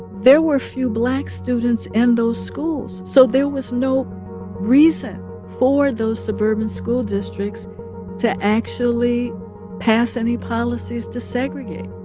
there were few black students in and those schools. so there was no reason for those suburban school districts to actually pass any policies to segregate.